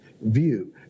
view